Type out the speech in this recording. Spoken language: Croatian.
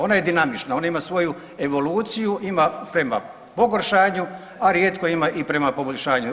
Ona je dinamična, ona ima svoju evoluciju, prema pogoršanju, a rijetko ima i prema poboljšanju.